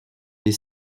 les